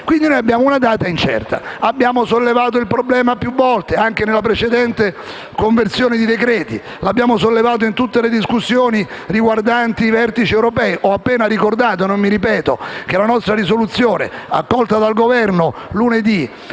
Quindi, noi abbiamo una data incerta. Abbiamo sollevato il problema più volte, anche nella precedente conversione di decreti, l'abbiamo sollevato in tutte le discussioni riguardanti i vertici europei. Ho appena ricordato che la nostra risoluzione, accolta dal Governo lunedì,